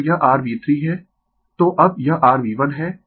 Refer Slide Time 0108 तो यह rV3 है